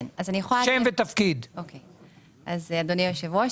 אדוני היושב-ראש,